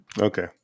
Okay